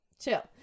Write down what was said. chill